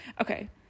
okay